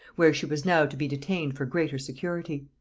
where she was now to be detained for greater security.